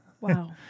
wow